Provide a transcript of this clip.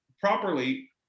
properly